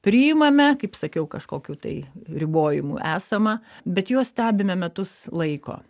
priimame kaip sakiau kažkokių tai ribojimų esama bet juos stebime metus laiko